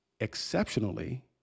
exceptionally